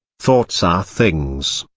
thoughts are things,